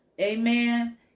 Amen